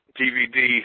DVD